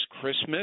Christmas